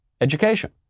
education